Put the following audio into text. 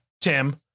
Tim